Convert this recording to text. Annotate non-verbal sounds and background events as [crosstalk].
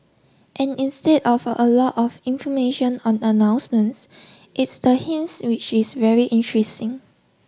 and instead of a lot of information on announcements it's the hints which is very [unintelligible]